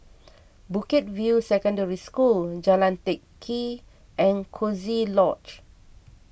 Bukit View Secondary School Jalan Teck Kee and Coziee Lodge